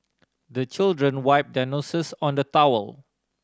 the children wipe their noses on the towel